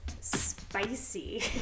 spicy